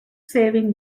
saving